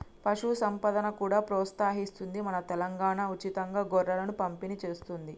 పశు సంపదను కూడా ప్రోత్సహిస్తుంది మన తెలంగాణా, ఉచితంగా గొర్రెలను పంపిణి చేస్తుంది